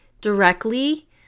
directly